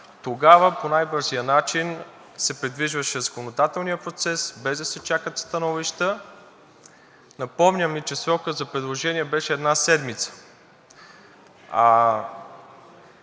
тогава по най-бързия начин се придвижваше законодателния процес, без да се чакат становища. Напомням Ви, че срокът за предложения беше една седмица,